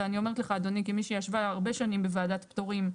ואני אומרת לך אדוני כמי שישבה הרבה שנים בוועדת פטורים,